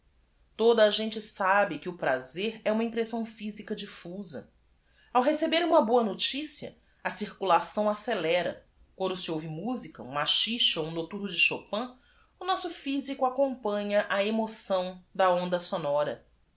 a gente sabe que o prazer é uma impressão p h i s i c a difíusa o receber uma boa n o t i c i a a circulação accelera se quando se ouve musica um maxixe ou um noctorno de hopin o nosso phisico acompanha a emoção da onda sonora